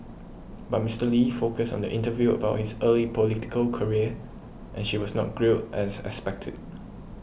but Mister Lee focused on the interview about his early political career and she was not grilled as expected